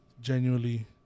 genuinely